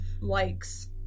likes